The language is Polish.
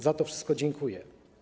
Za to wszystko dziękuję.